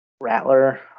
Rattler